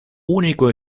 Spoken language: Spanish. único